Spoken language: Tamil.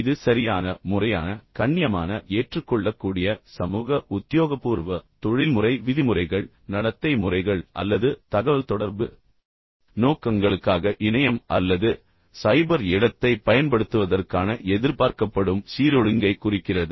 இது சரியான முறையான கண்ணியமான ஏற்றுக்கொள்ளக்கூடிய சமூக உத்தியோகபூர்வ தொழில்முறை விதிமுறைகள் நடத்தை முறைகள் அல்லது தகவல் தொடர்பு நோக்கங்களுக்காக இணையம் அல்லது சைபர் இடத்தைப் பயன்படுத்துவதற்கான எதிர்பார்க்கப்படும் சீரொழுங்கை குறிக்கிறது